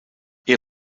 ihr